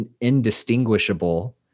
indistinguishable